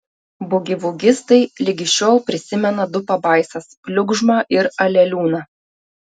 bugivugistai ligi šiol prisimena du pabaisas pliugžmą ir aleliūną